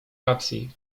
racji